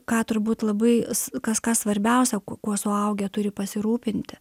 ką turbūt labai kas kas svarbiausia kuo suaugę turi pasirūpinti